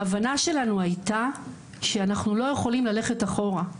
ההבנה שלנו היתה שאנחנו לא יכולים ללכת אחורה,